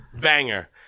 banger